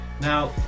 Now